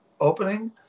opening